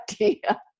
idea